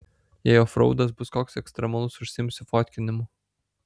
jei ofraudas bus koks ekstremalus užsiimsiu fotkinimu